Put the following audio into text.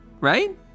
right